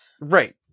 Right